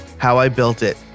howibuiltit